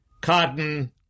Cotton